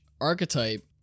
archetype